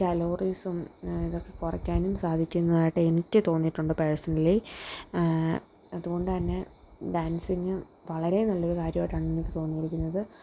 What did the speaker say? കലോറീസും ഇതൊക്കെ കുറയ്ക്കാനും സാധിക്കുന്നതായിട്ട് എനിക്ക് തോന്നിയിട്ടുണ്ട് പേഴ്സണലി അതുകൊണ്ടുതന്നെ തന്നെ ഡാൻസിങ് വളരെ നല്ലൊരു കാര്യമായിട്ടാണ് എനിക്ക് തോന്നിയിരിക്കുന്നത്